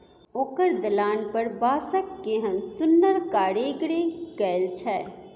ओकर दलान पर बांसक केहन सुन्नर कारीगरी कएल छै